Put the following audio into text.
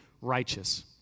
righteous